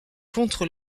contre